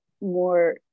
more